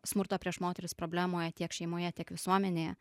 smurto prieš moteris problemoje tiek šeimoje tiek visuomenėje